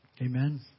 Amen